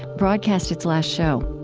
broadcast its last show